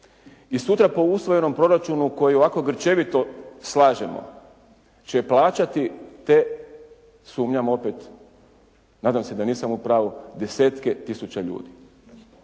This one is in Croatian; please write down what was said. i sutra po ustrojenom proračunu koji ovako grčevito slažemo će plaćati te, sumnjam opet, nadam se da nisam u pravu desetke tisuća ljudi,